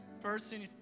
person